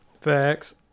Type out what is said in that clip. facts